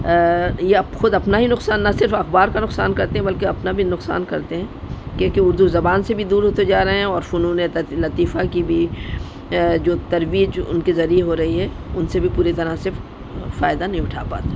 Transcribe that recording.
یہ خود اپنا ہی نقصان نہ صرف اخبار کا نقصان کرتے ہیں بلکہ اپنا بھی نقصان کرتے ہیں کیونکہ اردو زبان سے بھی دور ہوتے جا رہے ہیں اور فنوون لطیفہ کی بھی جو ترویج ان کے ذریعے ہو رہی ہے ان سے بھی پوری طرح صرف فائدہ نہیں اٹھا پاتے